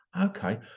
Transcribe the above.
Okay